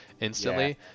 instantly